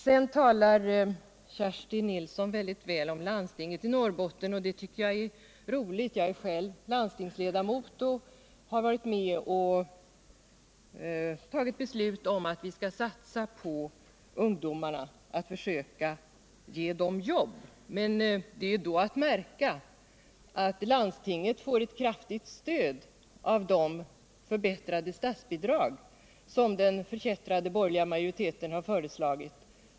Sedan talade Kerstin Nilsson mycket väl om landstinget i Norrbotten, och det tyckte jag var trevligt, eftersom jag själv är landstingsledamot och har varit med om att fatta beslut om att vi skall satsa på ungdomarna och försöka ge dem arbete. Men då är att märka att landstinget får ett kraftigt stöd av de förbättrade statsbidrag som den förkättrade borgerliga majoriteten har föreslagit.